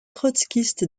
trotskiste